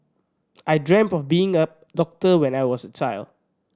I dreamt of being a doctor when I was a child